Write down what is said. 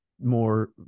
more